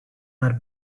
are